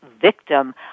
victim